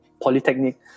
polytechnic